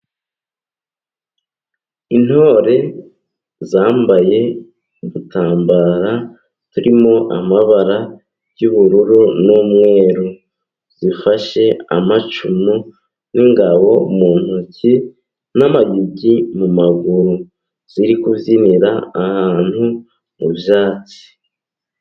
Intore zambaye udutambara, turimo amabara y'ubururu n'umweru, zifashe amacumu n'ingabo mu ntoki, n'amayugi mu maguru, ziri kubyinira ahantu mu byatsi.